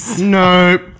Nope